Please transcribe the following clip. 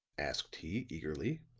asked he, eagerly.